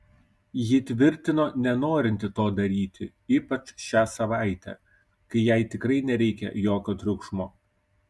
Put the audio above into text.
ji tvirtino nenorinti to daryti ypač šią savaitę kai jai tikrai nereikia jokio triukšmo